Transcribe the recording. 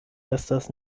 estas